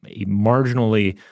marginally